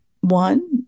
one